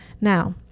Now